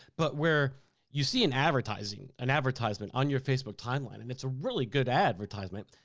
but where you see in advertising, an advertisement on your facebook timeline, and it's a really good advertisement.